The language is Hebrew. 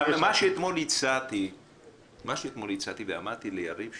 מה שאתמול הצעתי ואמרתי ליריב לוין,